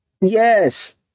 Yes